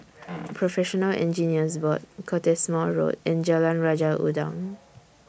Professional Engineers Board Cottesmore Road and Jalan Raja Udang